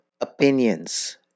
opinions